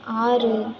ஆறு